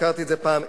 הזכרתי את זה פעם,